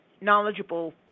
knowledgeable